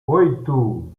oito